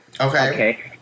Okay